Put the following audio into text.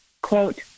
quote